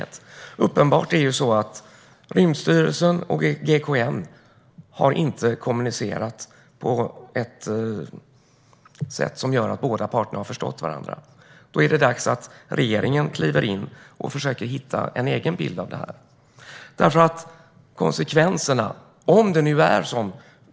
Det är uppenbart att Rymdstyrelsen och GKN inte har kommunicerat på ett sätt som har gjort att parterna har förstått varandra. Då är det dags att regeringen kliver in och försöker få en egen bild av detta.